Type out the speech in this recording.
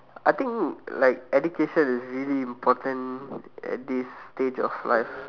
I think like education is really important at this stage of life